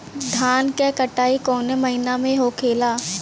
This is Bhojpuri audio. धान क कटाई कवने महीना में होखेला?